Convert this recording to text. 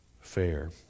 fair